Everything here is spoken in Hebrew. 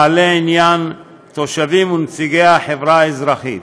בעלי עניין, תושבים ונציגי החברה האזרחית.